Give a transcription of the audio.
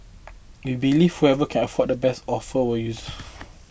we believe whoever can offer the best offer use